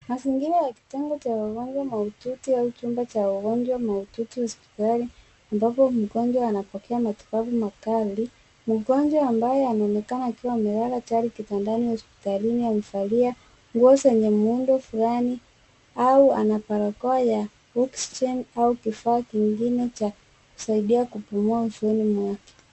Saa zingine kwa kitengo cha wagonjwa mahututi au chumba cha wagonjwa mahututi hospitali ambapo mgonjwa anapokea matibabu makali mgonjwa ambaye anaonekana akiwa amelala chali kitandani hospitalini amevalia nguo zenye muundo fulani au ana barakoa ya oxygen au kifaa kingine cha kusaidia kupumua usoni mwake.